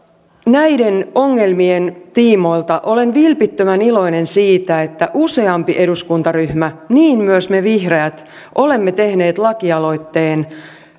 näiden ongelmien tiimoilta olen vilpittömän iloinen siitä että useampi eduskuntaryhmä niin myös me vihreät olemme tehneet lakialoitteen